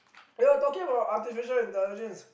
you know talking about artificial intelligence